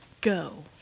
Go